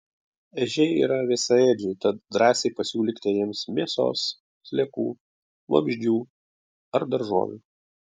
ežiai yra visaėdžiai tad drąsiai pasiūlykite jiems mėsos sliekų vabzdžių ar daržovių